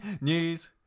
News